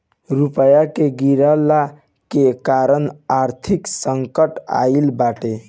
रुपया के गिरला के कारण आर्थिक संकट आईल बाटे